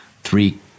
three